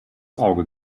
auge